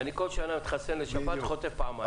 כל שנה אני מתחסן נגד שפעת וחוטף פעמיים.